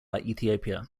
ethiopia